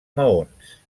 maons